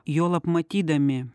juolab matydami